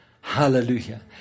Hallelujah